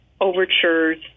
overtures